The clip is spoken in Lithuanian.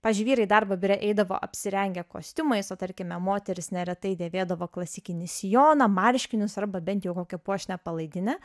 pavyzdžiui vyrai į darbą biure eidavo apsirengę kostiumais o tarkime moterys neretai dėvėdavo klasikinį sijoną marškinius arba bent jau kokią puošnią palaidinę